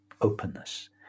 openness